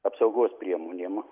apsaugos priemonėm